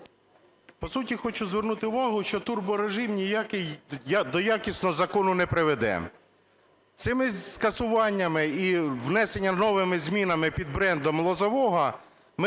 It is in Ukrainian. По суті хочу звернути увагу, що турборежим ніякий до якісного закону не приведе. Цими скасуваннями і внесеними новими змінами під брендом Лозового ми